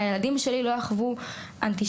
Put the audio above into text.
הילדים שלי לא יחוו אנטישמיות.